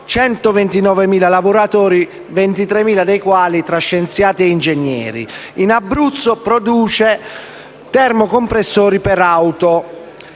129.000 lavoratori, 23.000 dei quali tra scienziati e ingegneri. In Abruzzo produce termocompressori per auto.